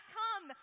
come